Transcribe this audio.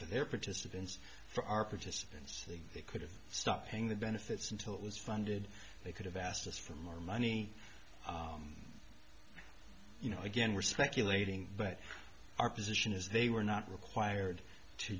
for their participants for our participants that they could have stopped paying the benefits until it was funded they could have asked us for more money you know again we're speculating but our position is they were not required to